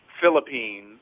Philippines